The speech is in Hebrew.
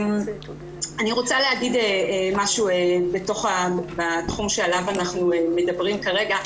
אני רוצה להגיד משהו בתוך התחום שעליו אנחנו מדברים כרגע.